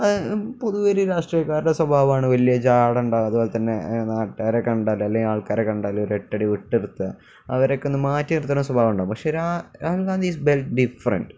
പൊതുവേ ഒരു രാഷ്ട്രീയക്കാരുടെ സ്വഭാവമാണ് വലിയ ജാഡയുണ്ടാവുക അതുപോലെത്തന്നെ നാട്ടുകാരെ കണ്ടാല് അല്ലെങ്കില് ആൾക്കാരെയൊക്കെ കണ്ടാല് ഒരെട്ടടി വിട്ടു നിര്ത്തുക അവരെയൊക്കെ ഒന്നു മാറ്റിനിർത്തുന്ന സ്വഭാവം ഉണ്ടാവും പക്ഷേ രാഹുല് ഗാന്ധി ഈസ് ഡിഫറെന്റ്